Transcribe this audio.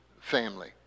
family